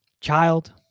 child